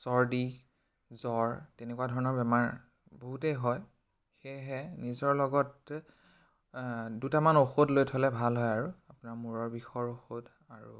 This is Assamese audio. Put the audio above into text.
চৰ্দি জ্বৰ তেনেকুৱা ধৰণৰ বেমাৰ বহুতেই হয় সেয়েহে নিজৰ লগত দুটমাান ঔষধ লৈ থলে ভাল হয় আৰু আপোনাৰ মূৰৰ বিষৰ ঔষধ আৰু